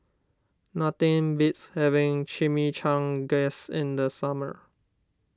nothing beats having Chimichangas in the summer